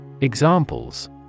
Examples